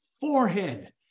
forehead